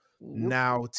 now